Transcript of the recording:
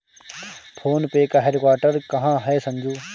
Phone पे का headquarter कहां है संजू?